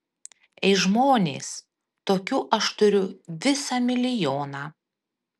ei žmonės tokių aš turiu visą milijoną